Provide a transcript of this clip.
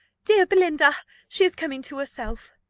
dear belinda she is coming to herself.